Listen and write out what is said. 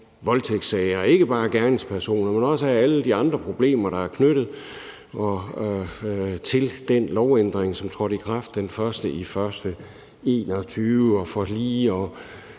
voldtægtssagerne, altså ikke bare af gerningspersonerne, men også af alle de andre problemer, der er knyttet til den lovændring, som trådte i kraft den 1. januar 2021. For lige at